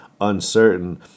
uncertain